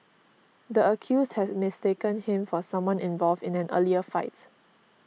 the accused had mistaken him for someone involved in an earlier fight